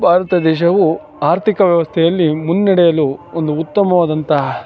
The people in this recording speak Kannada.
ಭಾರತ ದೇಶವು ಆರ್ಥಿಕ ವ್ಯವಸ್ಥೆಯಲ್ಲಿ ಮುನ್ನಡೆಯಲು ಒಂದು ಉತ್ತಮವಾದಂತಹ